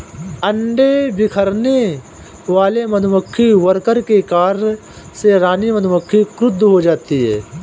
अंडे बिखेरने वाले मधुमक्खी वर्कर के कार्य से रानी मधुमक्खी क्रुद्ध हो जाती है